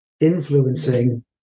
influencing